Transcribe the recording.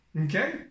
Okay